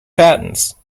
patents